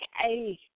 hey